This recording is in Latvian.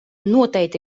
noteikti